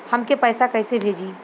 हमके पैसा कइसे भेजी?